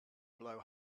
blow